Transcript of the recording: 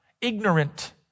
ignorant